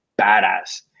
badass